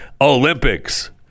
Olympics